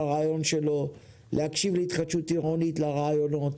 לרעיונות של התחדשות עירונית,